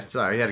Sorry